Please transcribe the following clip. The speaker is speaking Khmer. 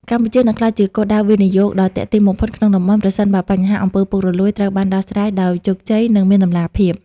កម្ពុជានឹងក្លាយជាគោលដៅវិនិយោគដ៏ទាក់ទាញបំផុតក្នុងតំបន់ ប្រសិនបើបញ្ហា អំពើពុករលួយ ត្រូវបានដោះស្រាយដោយជោគជ័យ និងមានតម្លាភាព។